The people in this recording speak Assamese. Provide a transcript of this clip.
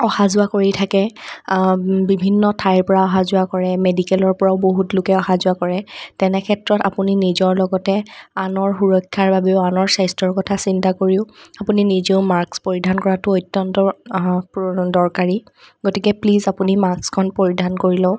আহা যোৱা কৰি থাকে বিভিন্ন ঠাইৰ পৰা অহা যোৱা কৰে মেডিকেলৰ পৰাও বহুত লোকে অহা যোৱা কৰে তেনে ক্ষেত্ৰত আপুনি নিজৰ লগতে আনৰ সুৰক্ষাৰ বাবেও আনৰ স্বাস্থ্যৰ কথা চিন্তা কৰিও আপুনি নিজেও মাস্ক পৰিধান কৰাটো অত্য়ন্ত দৰকাৰী গতিকে প্লিজ আপুনি মাস্কখন পৰিধান কৰি লওঁক